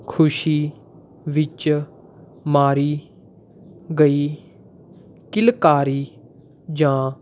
ਖੁਸ਼ੀ ਵਿੱਚ ਮਾਰੀ ਗਈ ਕਿਲਕਾਰੀ ਜਾਂ